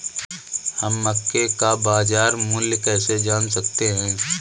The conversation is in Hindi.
हम मक्के का बाजार मूल्य कैसे जान सकते हैं?